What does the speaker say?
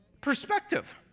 perspective